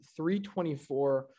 324